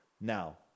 Now